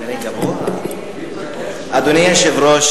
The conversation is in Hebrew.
אדוני היושב-ראש,